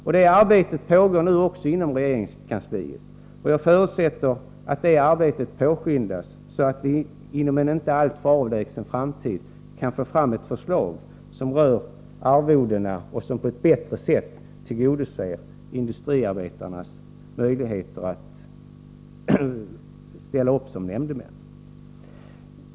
Ett sådant arbete pågår nu inom regeringskansliet, och jag förutsätter att det påskyndas så att vi inom en inte alltför avlägsen framtid kan få fram ett förslag om arvodena och att vi därmed på ett bättre sätt skall kunna tillgodose industriarbetarna när det gäller deras möjligheter att åta sig uppdrag som nämndemän.